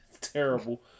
terrible